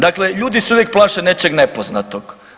Dakle, ljudi se uvijek plaše nečeg nepoznatog.